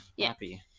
happy